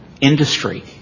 industry